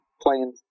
playing